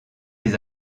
les